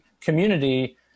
community